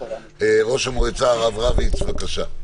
ראש המועצה הרב רביץ, בבקשה.